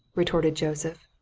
retorted joseph.